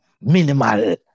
Minimal